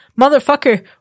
motherfucker